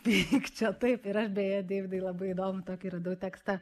pykčio taip ir aš beje deividai labai įdomu tokį radau tekstą